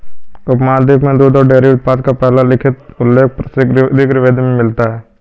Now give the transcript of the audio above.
उपमहाद्वीप में दूध और डेयरी उत्पादों का पहला लिखित उल्लेख ऋग्वेद में मिलता है